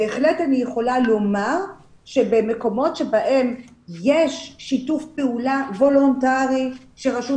בהחלט אני יכולה לומר שבמקומות בהם יש שיתוף פעולה וולנטרי שרשות